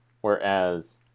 whereas